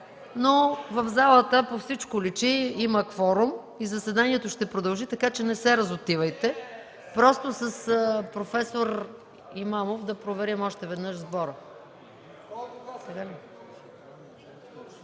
но в залата, по всичко личи, има кворум и заседанието ще продължи, така че не се разотивайте. С проф. Имамов да проверим още веднъж сбора.